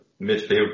midfield